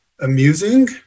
amusing